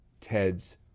Ted's